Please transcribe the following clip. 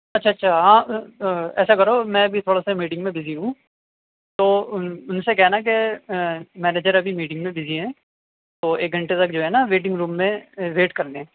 اچھا اچھا ایسا کرو میں ابھی تھوڑا سا میٹنگ میں بزی ہوں تو ان سے کہنا کہ مینیجر ابھی میٹنگ میں بزی ہیں تو ایک گھنٹے تک جو ہے نا ویٹنگ روم میں ویٹ کر لیں